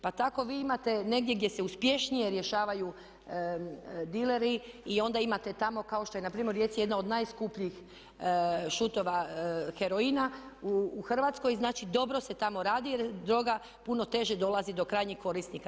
Pa tako vi imate negdje gdje se uspješnije rješavaju dileri i onda imate tamo kao što je npr. u Rijeci jedna od najskupljih šutova heroina u Hrvatskoj, znači dobro se tamo radi jer droga puno teže dolazi do krajnjih korisnika.